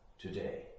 today